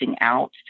out